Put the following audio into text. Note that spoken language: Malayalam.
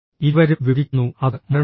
ഇരുവരും വിവരിക്കുന്നു അത് മരണമാണ്